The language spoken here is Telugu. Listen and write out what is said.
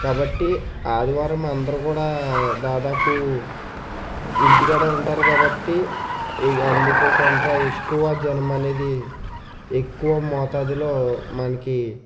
కాబట్టి ఆదివారం అందరూ కూడా దాదాపు ఇంటికాడే ఉంటారు కాబట్టి ఇగ అందుకు కొంత ఎక్కువ జనం అనేది ఎక్కువ మోతాదులో మనకి